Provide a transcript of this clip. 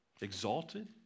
Exalted